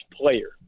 player